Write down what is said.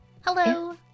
Hello